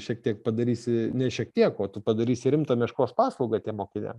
šiek tiek padarysi ne šiek tiek o tu padarysi rimtą meškos paslaugą tiem mokiniam